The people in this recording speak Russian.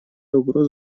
угроз